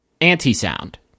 anti-sound